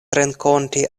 renkonti